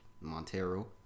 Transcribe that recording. Montero